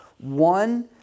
One